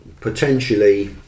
potentially